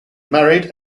married